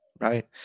Right